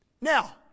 Now